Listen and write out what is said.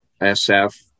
SF